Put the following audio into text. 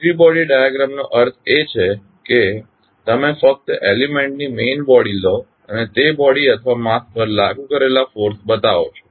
free body ડાયાગ્રામનો અર્થ છે કે તમે ફક્ત એલીમેન્ટ ની મેઇન બોડી લો અને તે બોડી અથવા માસ પર લાગુ કરેલા ફોર્સ બતાવો છો